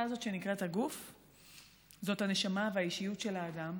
הזאת שנקראת הגוף זה הנשמה והאישיות של האדם,